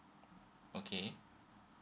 okay